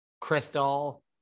Crystal